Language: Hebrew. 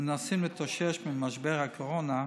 מנסים להתאושש ממשבר הקורונה.